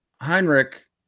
Heinrich